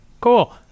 Cool